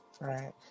Right